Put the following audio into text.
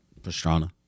Pastrana